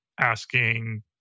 asking